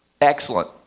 Excellent